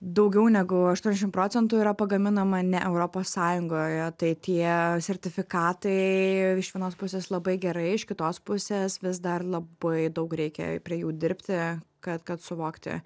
daugiau negu aštuoniasdešimt procentų yra pagaminama ne europos sąjungoje tai tie sertifikatai iš vienos pusės labai gerai iš kitos pusės vis dar labai daug reikia prie jų dirbti kad kad suvokti